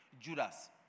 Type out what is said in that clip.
Judas